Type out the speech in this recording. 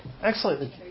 Excellent